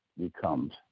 becomes